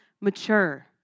mature